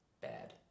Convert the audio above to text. bad